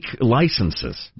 licenses